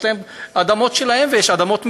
יש להם אדמות שלהם ויש שם גם אדמות מדינה,